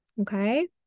okay